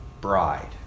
bride